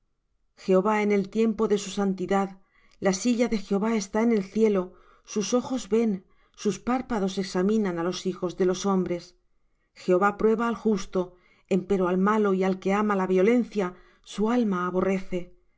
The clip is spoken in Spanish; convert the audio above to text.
jehová en el templo de su santidad la silla de jehová está en el cielo sus ojos ven sus párpados examinan á los hijos de los hombres jehová prueba al justo empero al malo y al que ama la violencia su alma aborrece